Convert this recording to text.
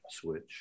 switch